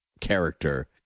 character